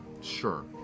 Sure